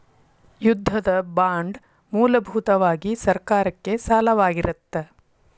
ಯುದ್ಧದ ಬಾಂಡ್ ಮೂಲಭೂತವಾಗಿ ಸರ್ಕಾರಕ್ಕೆ ಸಾಲವಾಗಿರತ್ತ